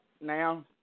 now